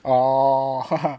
oh